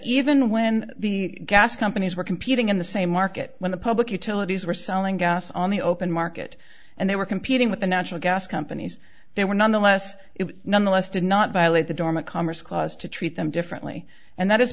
even when the gas companies were competing in the same market when the public utilities were selling gas on the open market and they were competing with the natural gas companies there were none the less it nonetheless did not violate the dormant commerce clause to treat them differently and that